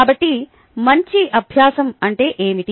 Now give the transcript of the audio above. కాబట్టి మంచి అభ్యాసం అంటే ఏమిటి